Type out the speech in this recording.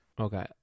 Okay